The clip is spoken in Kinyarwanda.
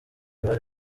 bari